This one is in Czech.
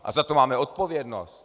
A za to máme odpovědnost.